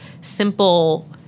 simple